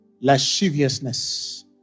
lasciviousness